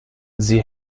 sie